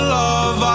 love